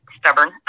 stubborn